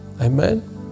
Amen